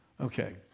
Okay